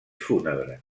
fúnebre